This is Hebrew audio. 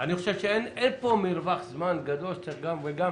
אני חושב שאין פה מרווח זמן גדול שצריך גם וגם.